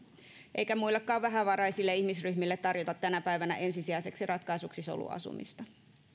eikä muillekaan vähävaraisille ihmisryhmille tarjota tänä päivänä ensisijaiseksi ratkaisuksi soluasumista